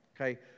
okay